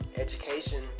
education